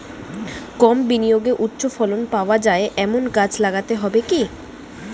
কম বিনিয়োগে উচ্চ ফলন পাওয়া যায় এমন গাছ লাগাতে হবে কি?